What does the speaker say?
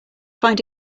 find